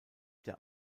der